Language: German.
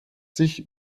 sich